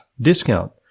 discount